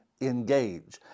engage